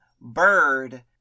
bird